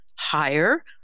higher